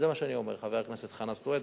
זה מה שאני אומר, חבר הכנסת חנא סוייד.